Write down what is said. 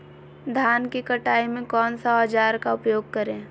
धान की कटाई में कौन सा औजार का उपयोग करे?